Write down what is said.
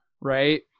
right